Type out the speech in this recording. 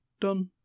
Done